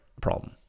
problem